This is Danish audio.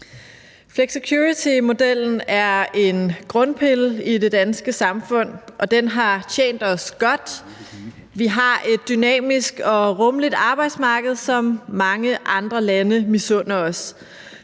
Flexicuritymodellen er en grundpille i det danske samfund, og den har tjent os godt. Vi har et dynamisk og rummeligt arbejdsmarked, som mange andre lande misunder os.